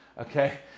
Okay